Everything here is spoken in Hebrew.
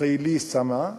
כבדי השמיעה